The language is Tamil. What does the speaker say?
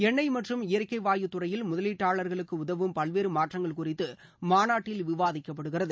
எண்ணெய் மற்றும் இயற்கை வாயு துறையில் முதலீட்டாளர்களுக்கு உதவும் பல்வேறு மாற்றங்கள் குறித்து மாநாட்டில் விவாதிக்கப்படுகிறது